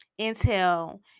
intel